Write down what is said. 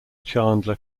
chandler